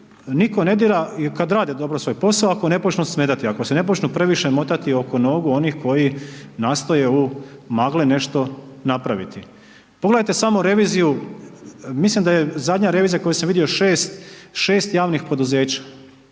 nitko ne dira i kad rade dobro svoj posao ako ne počnu smetati, ako se ne počnu previše motati oko nogu onih koji nastoje u magli nešto napraviti. Pogledajte samo reviziju, mislim da je zadnja revizija koju sam vidio 6 javnih poduzeća,